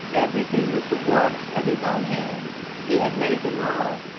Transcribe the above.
everything was the work of his own hands. he had made them all.